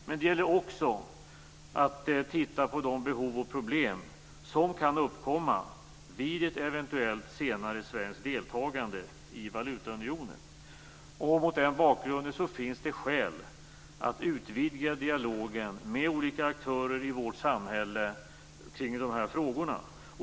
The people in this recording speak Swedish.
Men det gäller också att titta på de behov och problem som kan uppkomma vid ett eventuellt senare svenskt deltagande i valutaunionen. Mot den bakgrunden finns det skäl att utvidga dialogen med olika aktörer i vårt samhälle kring de här frågorna.